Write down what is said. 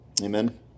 Amen